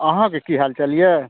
अहाँकेँ की हाल चाल यऽ